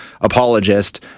apologist